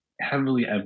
heavily